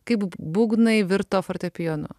kaip būgnai virto fortepijonu